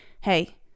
hey